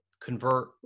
convert